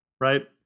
right